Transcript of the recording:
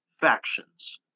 factions